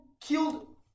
killed